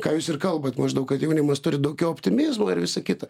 ką jūs ir kalbat maždaug kad jaunimas turi daugiau optimizmo ir visa kita